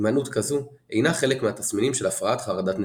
הימנעות כזו אינה חלק מהתסמינים של הפרעת חרדת נטישה.